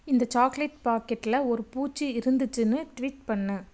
இந்த சாக்லேட் பாக்கெட்டில் ஒரு பூச்சி இருந்துச்சுன்னு ட்வீட் பண்ணு